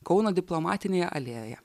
kauno diplomatinėje alėjoje